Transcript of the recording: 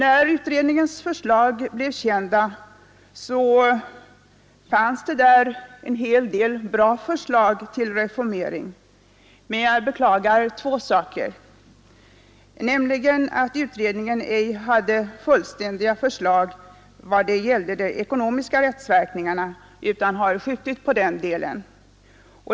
En hel del av utredningens förslag till reformering var bra, men jag beklagar två av förslagen. Utredningen hade ej fullständiga förslag i vad gäller de ekonomiska rättsverkningarna utan har skjutit på den delen.